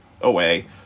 away